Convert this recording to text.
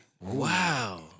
Wow